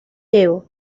llevo